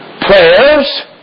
prayers